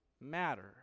matter